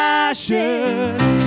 ashes